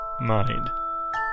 mind